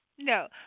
No